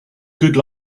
good